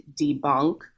debunk